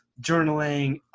journaling